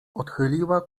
odchyliła